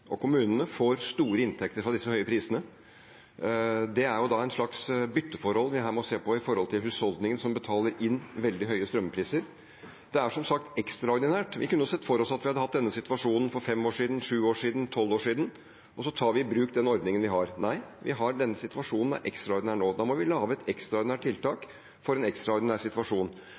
og kommunene får store inntekter av disse høye prisene. Det er da et slags bytteforhold vi må se på i forhold til husholdninger som betaler for veldig høye strømpriser. Det er som sagt ekstraordinært. Vi kunne sett for oss at vi hadde hatt denne situasjonen for fem år siden, sju år siden, tolv år siden, og så tar vi i bruk den ordningen vi har. Nei, vi har denne ekstraordinære situasjonen nå. Da må vi lage et ekstraordinært tiltak for en ekstraordinær situasjon.